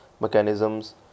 mechanisms